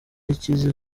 ikize